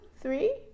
three